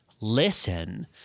Listen